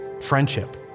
friendship